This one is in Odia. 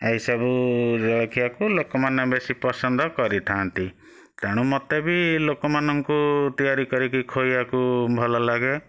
ଏଇସବୁ ଜଳଖିଆକୁ ଲୋକମାନେ ବେଶୀ ପସନ୍ଦ କରିଥାନ୍ତି ତେଣୁ ମୋତେ ବି ଲୋକମାନଙ୍କୁ ତିଆରି କରିକି ଖୁଆଇବାକୁ ଭଲ ଲାଗେ